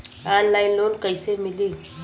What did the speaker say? Online loan कइसे मिली?